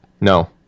No